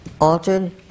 altered